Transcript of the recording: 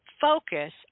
focus